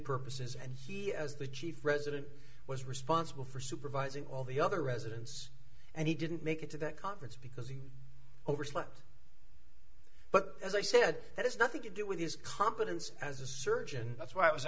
purposes and he as the chief resident was responsible for supervising all the other residents and he didn't make it to that conference because he overslept but as i said that has nothing to do with his competence as a surgeon that's why i was